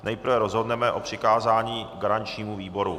Nejprve rozhodneme o přikázání garančnímu výboru.